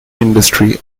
industry